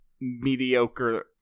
mediocre